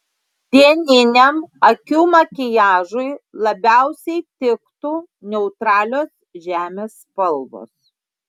dieniniam akių makiažui labiausiai tiktų neutralios žemės spalvos